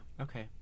okay